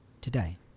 today